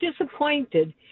disappointed